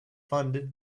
funded